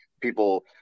people